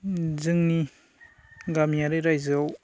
जोंनि गामियारि रायजोआव